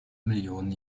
millionen